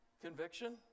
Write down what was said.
Conviction